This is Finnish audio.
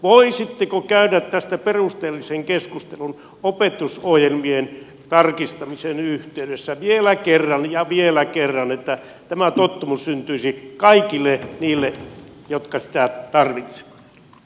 voisitteko käydä tästä perusteellisen keskustelun opetusohjelmien tarkistamisen yhteydessä vielä kerran ja vielä kerran että tämä tottumus syntyisi kaikille niille jotka sitä tarvitsevat